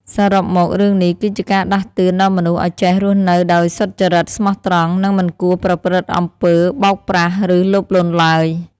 សរុបមករឿងនេះគឺជាការដាស់តឿនដល់មនុស្សឲ្យចេះរស់នៅដោយសុចរិត ស្មោះត្រង់ និងមិនគួរប្រព្រឹត្តអំពើបោកប្រាស់ឬលោភលន់ឡើយ។